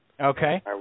Okay